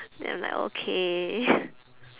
and I'm like okay